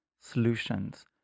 solutions